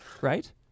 right